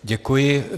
Děkuji.